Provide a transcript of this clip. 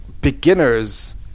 beginners